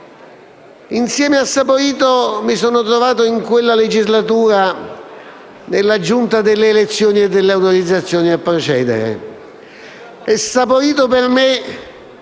Insieme a Saporito mi sono trovato, in quella legislatura, a far parte della Giunta delle elezioni e delle autorizzazioni a procedere